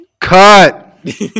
Cut